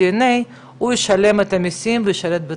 ללא ספק, נכון, והשתתפנו בה.